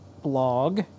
Blog